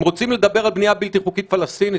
אם רוצים לדבר על הבנייה הבלתי חוקית הפלסטינית